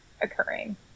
occurring